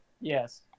Yes